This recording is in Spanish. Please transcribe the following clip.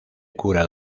cura